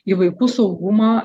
į vaikų saugumą